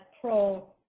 pro